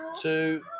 two